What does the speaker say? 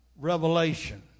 revelation